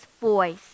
voice